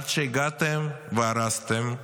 עד שהגעתם והרסתם,